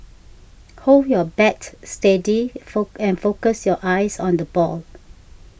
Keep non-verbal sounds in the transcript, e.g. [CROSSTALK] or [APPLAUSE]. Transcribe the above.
hold your bat steady [UNINTELLIGIBLE] and focus your eyes on the ball